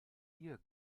hier